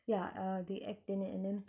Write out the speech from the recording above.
ya uh they act in it and then